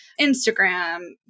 Instagram